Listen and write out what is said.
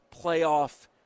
playoff